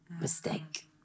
Mistake